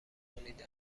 کنید